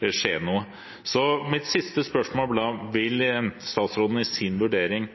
Mitt siste spørsmål blir da: Vil statsråden i sin vurdering